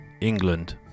England